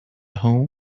whom